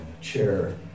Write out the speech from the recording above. chair